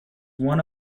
one